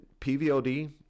PVOD